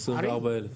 24 אלף.